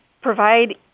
provide